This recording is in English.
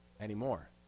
anymore